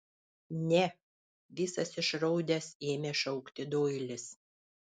ne visas išraudęs ėmė šaukti doilis